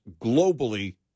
globally